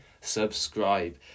subscribe